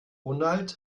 ronald